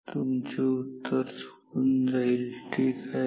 तुमचे उत्तर चुकून जाईल ठीक आहे